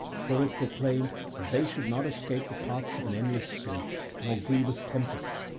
for it proclaimed that they should not escape the paths of an endless sea nor grievous tempests,